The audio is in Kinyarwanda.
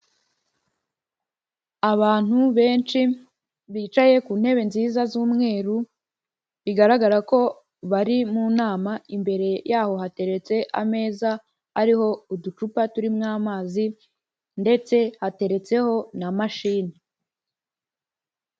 Abantu benshi bicaye ku ntebe nziza z'umweru bigaragara ko bari mu nama, imbere yaho hateretse ameza ariho uducupa turimo amazi ndetse hateretseho na mashini.